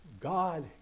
God